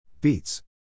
Beets